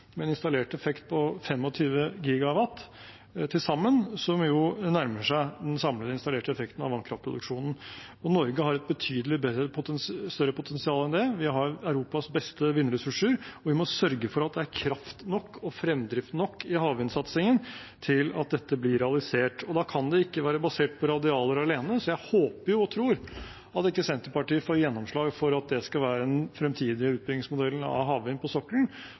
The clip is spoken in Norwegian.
sammen, som nærmer seg den samlede installerte effekten av vannkraftproduksjonen, og Norge har et betydelig større potensial enn det. Vi har Europas beste vindressurser, og vi må sørge for at det er kraft nok og fremdrift nok i havvindsatsingen til at dette blir realisert. Da kan det ikke være basert på radialer alene, så jeg håper og tror at ikke Senterpartiet får gjennomslag for at det skal være den fremtidige utbyggingsmodellen av havvind på sokkelen,